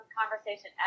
conversation